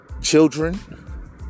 Children